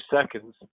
seconds